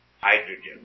hydrogen